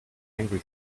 angry